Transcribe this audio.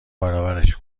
برابرش